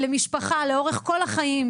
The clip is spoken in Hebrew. למשפחה לאורך כל החיים,